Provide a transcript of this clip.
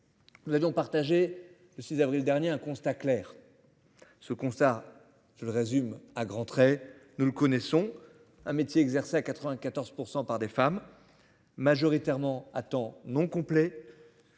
Nous avions partagé le 6 avril dernier, un constat clair. Ce constat. Je résume à grands traits, nous le connaissons un métier exercé à 94% par des femmes. Majoritairement à temps non complet.